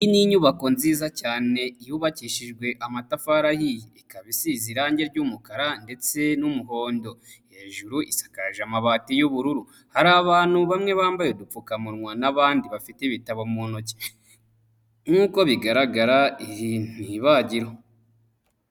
Iyi ni inyubako nziza cyane, yubakishijwe amatafari, ikaba isize irangi ry'umukara ndetse n'umuhondo, hejuru isakaje amabati y'ubururu, hari abantu bamwe bambaye udupfukamunwa n'abandi bafite ibitabo mu ntoki nkuko bigaragara ni ibagiro.